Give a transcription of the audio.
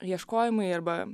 ieškojimai arba